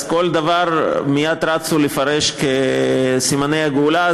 אז כל דבר הם מייד רצו לפרש כסימני הגאולה.